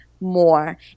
more